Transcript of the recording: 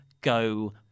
go